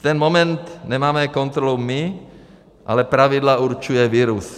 V ten moment nemáme kontrolu my, ale pravidla určuje virus.